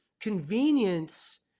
Convenience